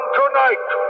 tonight